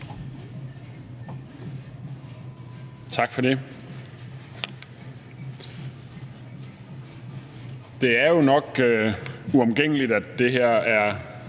Tak for det. Det er jo nok uomgængeligt, at det her er